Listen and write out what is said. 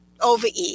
overeat